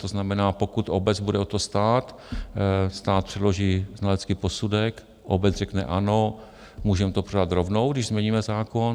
To znamená, pokud obec bude o to stát, stát předloží znalecký posudek, obec řekne ano, můžeme to prodat rovnou, když změníme zákon.